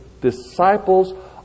disciples